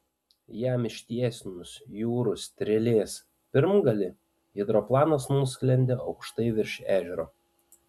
jam ištiesinus jūrų strėlės pirmgalį hidroplanas nusklendė aukštai virš ežero